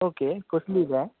okay कसली जाय